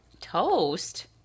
Toast